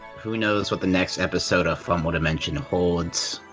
who knows what the next episode of fumble dimension holds,